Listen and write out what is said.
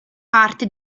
parte